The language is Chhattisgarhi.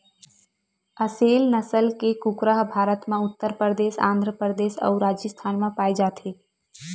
असेल नसल के कुकरा ह भारत म उत्तर परदेस, आंध्र परदेस अउ राजिस्थान म पाए जाथे